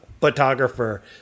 photographer